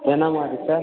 என்ன மாதிரி சார்